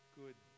good